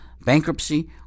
bankruptcy